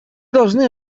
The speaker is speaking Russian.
должны